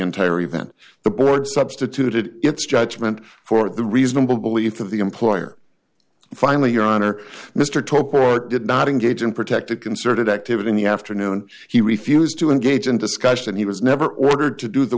entire event the board substituted its judgment for the reasonable belief of the employer and finally your honor mr top or did not engage in protected concerted activity in the afternoon he refused to engage in discussion and he was never ordered to do the